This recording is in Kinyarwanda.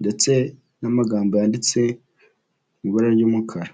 ndetse n'amagambo yanditse mu ibura ry'umukara.